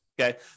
okay